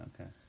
okay